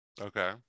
okay